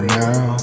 now